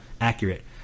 accurate